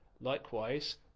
Likewise